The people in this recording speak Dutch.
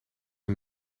een